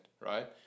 right